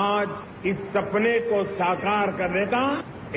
आज इस सपने को साकार करने का